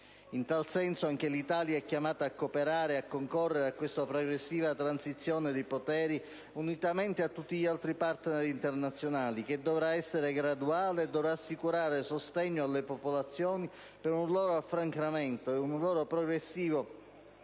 In tal senso, anche l'Italia è chiamata a cooperare e concorrere a questa progressiva transizione di poteri, unitamente a tutti gli altri partner internazionali, che dovrà essere graduale e dovrà assicurare sostegno alle popolazioni per un loro affrancamento e una loro progressiva